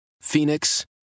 Phoenix